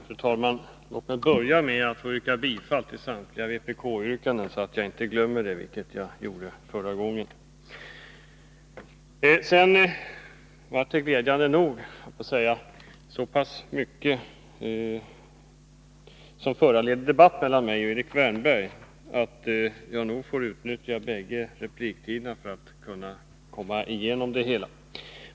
Fru talman! Låt mig börja med att yrka bifall till samtliga vpk-yrkanden, så att jag inte glömmer det, vilket jag gjorde förra gången. Det blev — glädjande nog, höll jag på att säga — så pass mycket som föranledde debatt mellan mig och Erik Wärnberg att jag får utnyttja bägge replikerna för att komma igenom det hela.